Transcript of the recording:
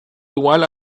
igual